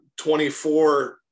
24